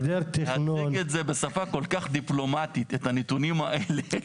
להציג את זה בשפה כל כך דיפלומטית את הנתונים האלה,